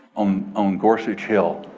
um on gorsuch hill.